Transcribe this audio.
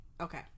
okay